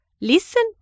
Listen